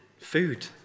food